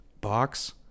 Box